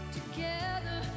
together